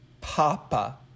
papa